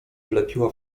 wlepiła